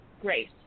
grace